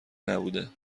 نبوده